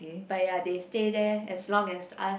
but ya they stay there as long as us